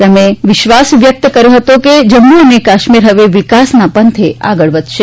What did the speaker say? તેમણે વિશ્વાસ વ્યકત કર્યો હતો કે જમ્મુ અને કાશ્મીર હવે વિકાસના પંથે આગળ વધશે